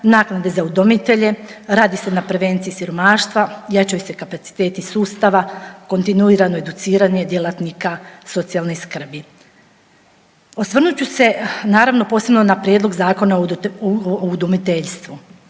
naknade za udomitelje, radi se na prevenciji siromaštva, jačaju se kapaciteti sustava, kontinuirano educiranje djelatnika socijalne skrbi. Osvrnut ću se naravno posebno na prijedlog Zakona o udomiteljstvu.